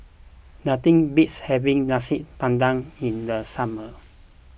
Nothing beats having Nasi Padang in the summer